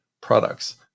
products